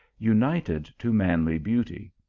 united to manly beauty.